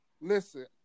Listen